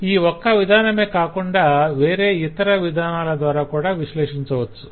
ఈ ఒక్క విధానమే కాకుండా వేరే ఇతర విధానాల ద్వారా కూడా విశ్లేషించవచ్చు